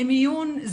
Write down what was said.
למיון,